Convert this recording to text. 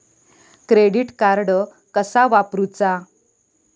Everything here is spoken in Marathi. क्रेडिट कार्ड कसा वापरूचा?